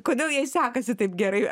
kodėl jai sekasi taip gerai